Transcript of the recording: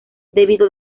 debido